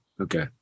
Okay